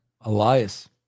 Elias